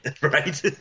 Right